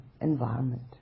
environment